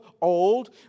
old